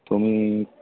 तुम्ही